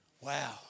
wow